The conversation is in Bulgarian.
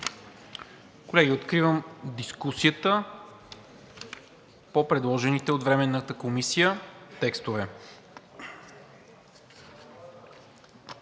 откривам дискусията по предложените от Временната комисия текстове